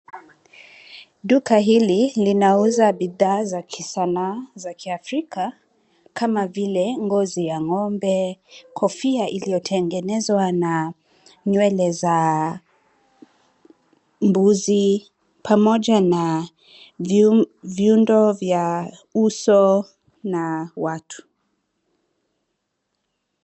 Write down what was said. Duka hili linauza bidhaa za kisanaa za kiafrika kama vile ngozi ya ng'ombe , kofia iliyotengenezwa na nywele za mbuzi pamoja na viundo vya uso na watu.